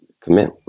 commit